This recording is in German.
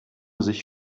sich